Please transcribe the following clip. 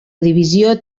divisió